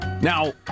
Now